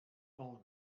ond